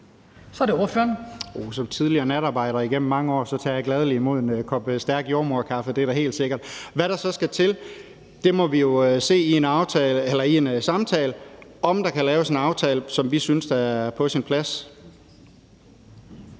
Som tidligere natarbejder igennem mange år tager jeg gladelig imod en kop stærk jordemoderkaffe; det er da helt sikkert. Hvad skal der så til? Vi må jo se i en samtale, om der kan laves en aftale, som vi synes er på sin plads.